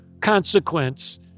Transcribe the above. consequence